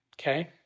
Okay